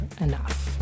enough